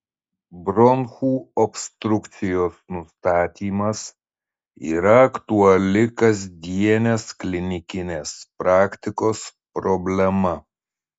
bronchų obstrukcijos nustatymas yra aktuali kasdienės klinikinės praktikos problema